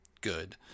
good